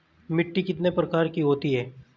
मिट्टी कितने प्रकार की होती हैं?